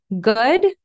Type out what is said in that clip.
good